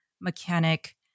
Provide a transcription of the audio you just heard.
mechanic